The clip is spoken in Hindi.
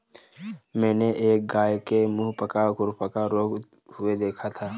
मैंने एक गाय के मुहपका खुरपका रोग हुए देखा था